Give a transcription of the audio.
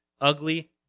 ugly